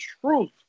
truth